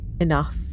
enough